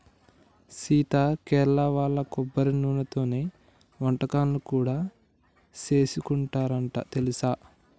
సీత కేరళ వాళ్ళు కొబ్బరి నూనెతోనే వంటకాలను కూడా సేసుకుంటారంట తెలుసా